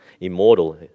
immortal